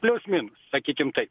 plius minus sakykim taip